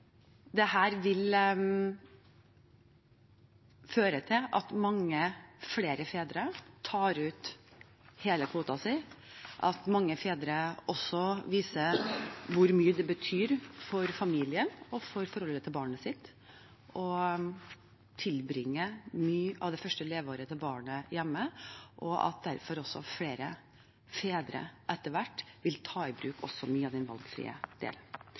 mange flere fedre tar ut hele kvoten sin, at mange fedre også viser hvor mye det betyr for familien og for forholdet til barnet at de tilbringer mye av det første leveåret til barnet hjemme, og at flere fedre derfor også etter hvert vil ta i bruk mye av den valgfrie delen.